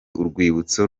urwibutso